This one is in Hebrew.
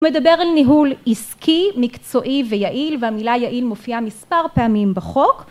מדבר על ניהול עסקי מקצועי ויעיל והמילה יעיל מופיעה מספר פעמים בחוק